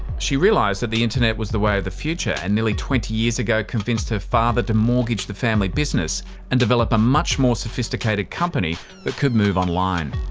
she realised that the internet was the way of the future and nearly twenty years ago convinced her father to mortgage the family business and develop a much more sophisticated company that could move online.